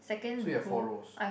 so you have four rows